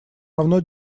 равно